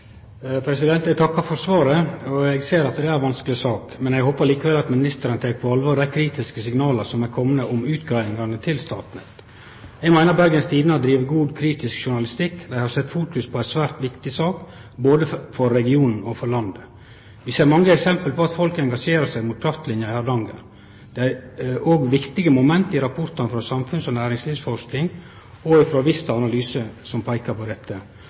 Eg takkar for svaret. Eg ser at det er ei vanskeleg sak, men eg håpar likevel at ministeren tek på alvor dei kritiske signala som er komne om utgreiingane til Statnett. Eg meiner Bergens Tidende har drive god kritisk journalistikk. Dei har fokusert på ei svært viktig sak både for regionen og for landet. Vi ser mange eksempel på at folk engasjerer seg mot kraftlina i Hardanger. Det er òg viktige moment i rapportane frå Samfunns- og næringslivsforskning og frå Vista Analyse som peiker på dette.